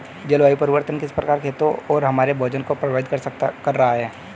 जलवायु परिवर्तन किस प्रकार खेतों और हमारे भोजन को प्रभावित कर रहा है?